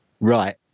Right